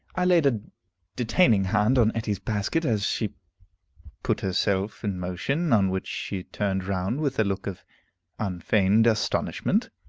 i laid a detaining hand on etty's basket as she put herself in motion, on which she turned round with a look of unfeigned astonishment.